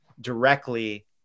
directly